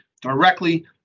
directly